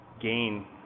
gain